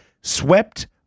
swept